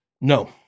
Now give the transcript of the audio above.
No